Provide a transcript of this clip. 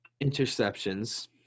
interceptions